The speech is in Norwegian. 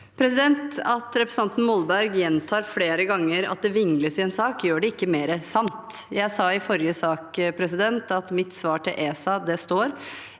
At representan- ten Molberg gjentar flere ganger at det vingles i en sak, gjør det ikke mer sant. Jeg sa i forrige sak at mitt svar til ESA står,